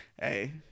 Hey